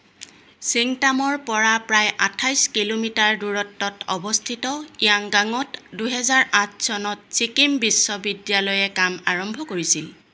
ছিংটামৰপৰা প্ৰায় আঠাইছ কিলোমিটাৰ দূৰত্বত অৱস্থিত ইয়াংগাঙত দুহেজাৰ আঠ চনত ছিকিম বিশ্ববিদ্যালয়ে কাম আৰম্ভ কৰিছিল